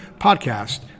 podcast